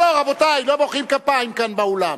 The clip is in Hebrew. רבותי, לא מוחאים כפיים כאן באולם.